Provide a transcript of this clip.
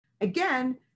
Again